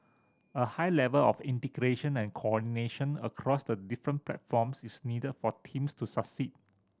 a high level of integration and coordination across the different platforms is needed for teams to succeed